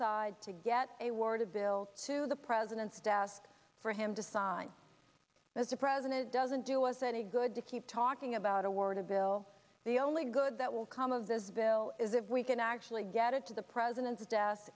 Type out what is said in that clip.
side to get a word of bill to the president's desk for him to sign as the president doesn't do us any good to keep talking about a word a bill the only good that will come of this bill is if we can actually get it to the president's de